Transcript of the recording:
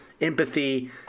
empathy